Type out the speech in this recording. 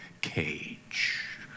cage